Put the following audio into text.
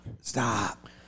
Stop